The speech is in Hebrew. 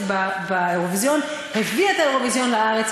באירוויזיון והביא את האירוויזיון לארץ.